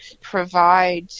provide